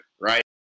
right